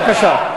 בבקשה.